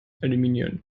eliminieren